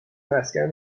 مسکن